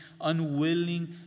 unwilling